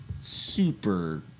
super